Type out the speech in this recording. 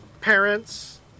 parents